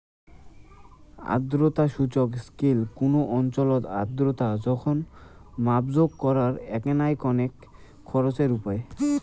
আর্দ্রতা সূচক স্কেল কুনো অঞ্চলত আর্দ্রতার জোখন মাপজোক করার এ্যাকনা কণেক খরচার উপাই